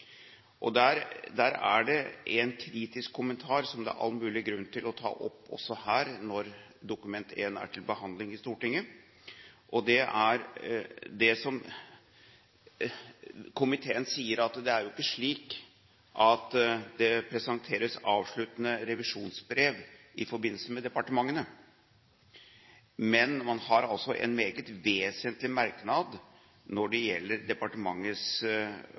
er en kritisk kommentar som det er all mulig grunn til å ta opp også her når Dokument 1 er til behandling i Stortinget. Komiteen sier at det er ikke slik at det presenteres avsluttende revisjonsbrev i forbindelse med departementene, men man har en meget vesentlig merknad når det gjelder departementets